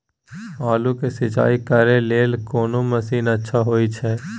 आलू के सिंचाई करे लेल कोन मसीन अच्छा होय छै?